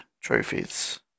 trophies